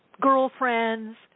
girlfriends